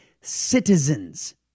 citizens